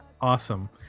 awesome